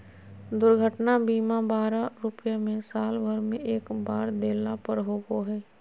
दुर्घटना बीमा बारह रुपया में साल भर में एक बार देला पर होबो हइ